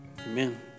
amen